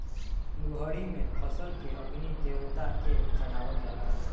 लोहड़ी में फसल के अग्नि देवता के चढ़ावल जाला